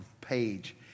page